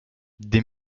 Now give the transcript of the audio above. des